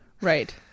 right